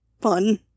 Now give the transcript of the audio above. fun